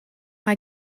mae